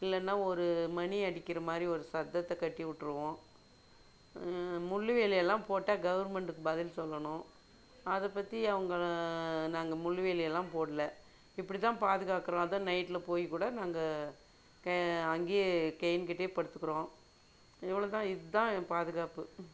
இல்லைனா ஒரு மணி அடிக்கிற மாதிரி ஒரு சத்தத்தை கட்டிவிட்ருவோம் முள் வேலியெல்லாம் போட்டால் கவர்மெண்ட்டுக்கு பதில் சொல்லணும் அதை பற்றி அவங்கள நாங்கள் முள் வேலியெல்லாம் போடல இப்படி தான் பாதுகாக்கிறோம் அதுவும் நைட்டில் போய்கூட நாங்கள் அங்கேயே கெயின் கட்டியே படுத்துக்கிறோம் இவ்வளோ தான் இதான் பாதுகாப்பு ம்